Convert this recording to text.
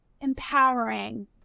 empowering